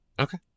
Okay